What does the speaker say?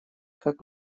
как